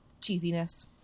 cheesiness